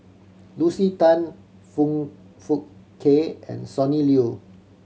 Lucy Tan Foong Fook Kay and Sonny Liew